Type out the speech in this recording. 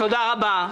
תודה רבה.